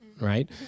right